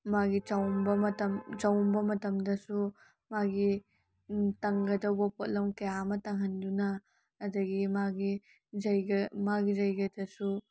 ꯃꯥꯒꯤ ꯆꯥꯛꯎꯝꯕ ꯃꯇꯝ ꯆꯥꯛꯎꯝꯕ ꯃꯇꯝꯗꯁꯨ ꯃꯥꯒꯤ ꯇꯪꯒꯗꯧꯕ ꯄꯣꯠꯂꯝ ꯀꯌꯥ ꯑꯃ ꯇꯪꯍꯟꯗꯨꯅ ꯑꯗꯨꯗꯒꯤ ꯃꯥꯒꯤ ꯖꯩꯒ ꯃꯥꯒꯤ ꯖꯩꯒꯗꯁꯨ